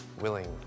willing